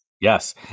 Yes